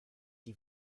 die